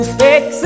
fix